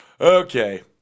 Okay